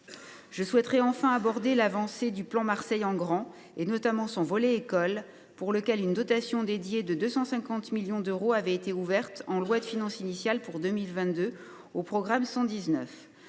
Je souhaite enfin aborder l’avancée du plan Marseille en grand, notamment son volet concernant l’école, pour lequel une dotation dédiée de 250 millions d’euros avait été ouverte en loi de finances initiale pour 2022, au sein du programme 119.